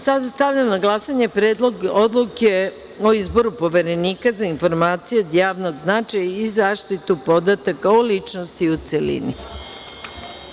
Stavljam na glasanje Predlog odluke o izboru Poverenika za informacije od javnog značaja i zaštitu podataka o ličnosti, u celini.